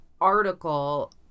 article